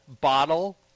bottle